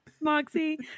Moxie